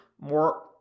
more